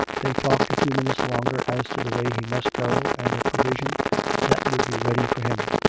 they talked a few minutes longer as to the way he must go and the provision that would be ready for him.